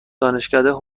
دانشکده